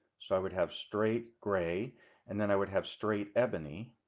so i would have straight gray and then i would have straight ebony.